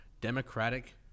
Democratic